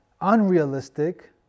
unrealistic